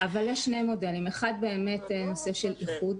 יש שני מודלים, האחד הנושא של איחוד